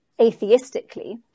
atheistically